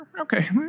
Okay